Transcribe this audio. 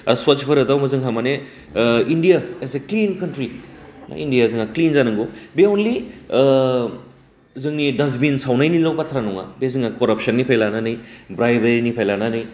दा स्वच्छ भारत आव जोंहा माने ओ India is a clean country India जोंहा क्लिन जानांगौ बे अनलि ओ जोंनि डास्टबिन सावनायनिल' बाथ्रा नङा बे जोंहा कारापसननिफ्राय लानानै ब्राइबेरिनिफ्राय लानानै